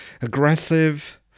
aggressive